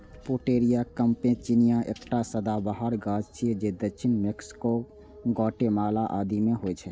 Pouteria campechiana एकटा सदाबहार गाछ छियै जे दक्षिण मैक्सिको, ग्वाटेमाला आदि मे होइ छै